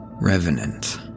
Revenant